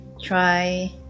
try